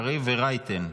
גלעד קריב ואפרת רייטן.